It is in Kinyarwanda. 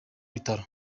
bitaro